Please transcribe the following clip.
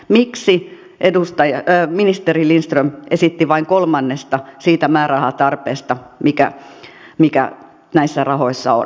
miksi ministeri lindström esitti vain kolmannesta siitä määrärahatarpeesta mikä näissä rahoissa on